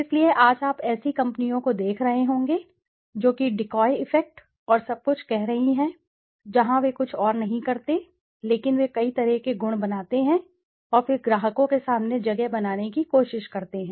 इसलिए आज आप ऐसी कंपनियों को देख रहे होंगे जो कि डिकॉय इफ़ेक्ट और सब कुछ कह रही हैं जहाँ वे कुछ और नहीं करते लेकिन वे कई तरह के गुण बनाते हैं और फिर ग्राहकों के सामने जगह बनाने की कोशिश करते हैं